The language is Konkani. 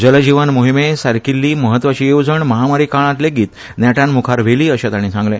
जलजीवन मोहिमे सारकील्ली म्हत्वाची येवजण महामारी काळात लेगीत नेटान म्खार व्हेली अशें तांणी सांगले